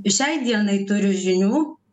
šiai dienai turiu žinių